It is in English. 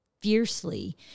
fiercely